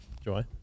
Joy